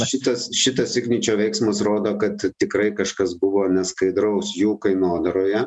šitas šitas igničio veiksmas rodo kad tikrai kažkas buvo neskaidraus jų kainodaroje